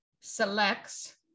selects